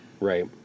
Right